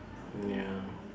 mm ya